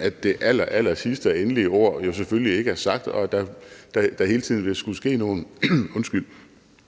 at det allerallersidste og endelige ord selvfølgelig ikke er sagt, og at der hele tiden vil skulle ske